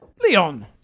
Leon